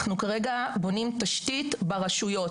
אנחנו כרגע בונים תשתית ברשויות.